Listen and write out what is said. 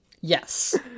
Yes